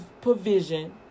provision